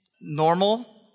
normal